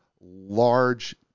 large